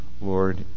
Lord